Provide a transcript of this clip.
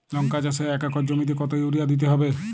লংকা চাষে এক একর জমিতে কতো ইউরিয়া দিতে হবে?